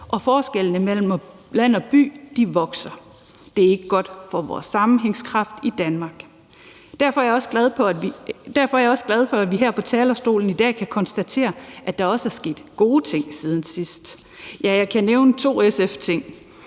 Forskellene mellem land og by vokser. Det er ikke godt for vores sammenhængskraft i Danmark. Kl. 17:44 Derfor er jeg også glad for, at vi her fra talerstolen i dag har kunnet konstatere, at der også er sket gode ting siden sidst. Ja, jeg kan nævne to SF-ting.